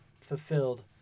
fulfilled